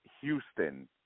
Houston